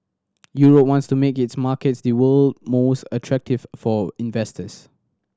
Europe wants to make its markets the world most attractive for investors